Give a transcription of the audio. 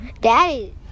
Daddy